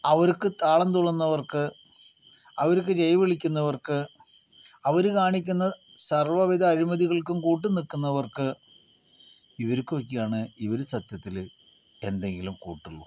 അവർക്ക് താളം തുള്ളുന്നവർക്ക് അവർക്ക് ജെയ് വിളിക്കുന്നവർക്ക് അവര് കാണിക്കുന്ന സർവ്വ വിധ അഴിമതികൾക്കും കൂട്ട് നിക്കുന്നവർക്ക് ഇവരിക്കൊക്കെയാണ് ഇവര് സത്യത്തില് എന്തെങ്കിലും കൂട്ടൊളളൂ